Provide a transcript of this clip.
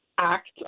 act